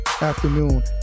afternoon